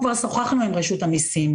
שוחחנו כבר עם רשות המיסים,